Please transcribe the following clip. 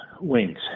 wings